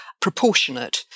proportionate